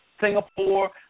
Singapore